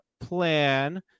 plan